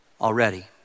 already